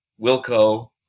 Wilco